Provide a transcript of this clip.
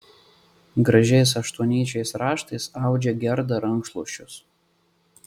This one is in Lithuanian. gražiais aštuonnyčiais raštais audžia gerda rankšluosčius